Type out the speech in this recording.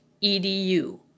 e-d-u